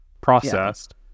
processed